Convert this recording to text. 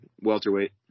Welterweight